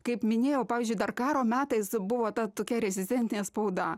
kaip minėjau pavyzdžiui dar karo metais buvo ta tokia rezistentinė spauda